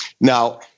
Now